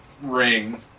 ring